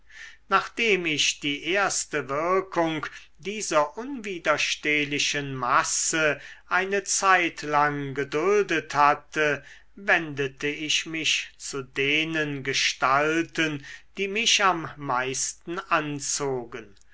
nachdem ich die erste wirkung dieser unwiderstehlichen masse eine zeitlang geduldet hatte wendete ich mich zu denen gestalten die mich am meisten anzogen